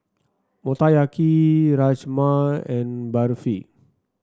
Motoyaki Rajma and Barfi